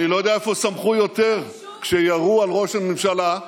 איזה צהלות שמחה?